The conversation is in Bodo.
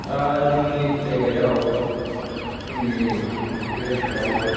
जोंनि जायगायाव जोंनि बे ओनसोलाव